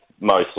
mostly